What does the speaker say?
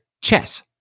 chess